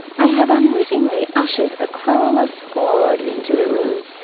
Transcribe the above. i have unwittingly ushered a querulous horde into the room.